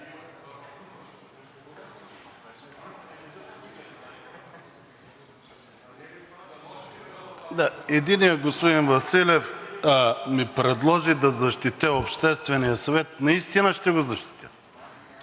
Единият – господин Василев, ми предложи да защитя Обществения съвет. Наистина ще го защитя!